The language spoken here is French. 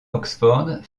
oxford